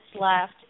left